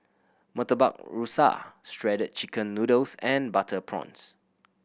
Murtabak Rusa Shredded Chicken Noodles and butter prawns